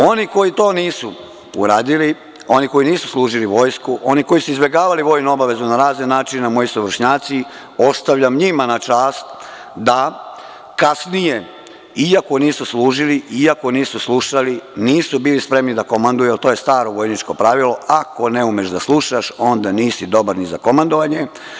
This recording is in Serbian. Oni koji to nisu uradili, oni koji nisu služili vojsku, oni koji su izbegavali vojnu obavezu na razne načine, a moji su vršnjaci ostavljam njima na čast da kasnije iako nisu služili, iako nisu slušali nisu bili spremni da komanduju jer to je staro vojničko pravilo, ako ne umeš da slušaš onda nisi dobar ni za komandovanje.